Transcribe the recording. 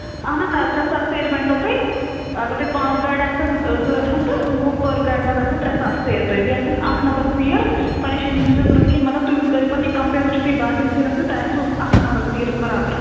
اَہن حظ آ ترے ساس سیرِ بَنٕنو تۄہہِ اَگر تۄہہِ پانژٛھ گاڈِ آسن ضوٚرَتھ تہٕ گوٚو پٔر گاڈِ منٛز آسنو ترے ساس سیرِ تۄہہِ بیٚیہِ آسن اکھ نَمبر سیٖر پَریشٲنی ہنز نہٕ ضوٚرتھ کِہیٖنۍ مطلب تُہۍ کٔرِو پَتہٕ یہِ کَمپِیر وٕچھِو تُہۍ باقین سیرَن سۭتۍ تۄہہِ آسوٕ اکھ نَمبر سیٖر برابر